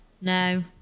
No